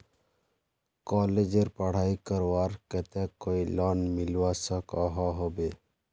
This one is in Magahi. कॉलेजेर पढ़ाई करवार केते कोई लोन मिलवा सकोहो होबे?